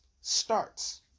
starts